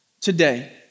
today